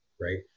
right